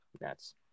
Nets